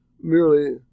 merely